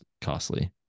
costly